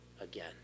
again